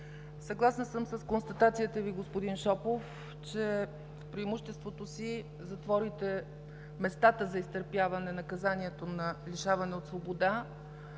Съгласна съм с констатацията Ви, господин Шопов, че в преимуществото си местата за изтърпяване на наказанието, на лишаване от свобода,